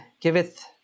giveth